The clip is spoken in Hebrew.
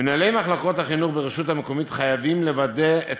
מנהלי מחלקות החינוך ברשות המקומית חייבים לוודא את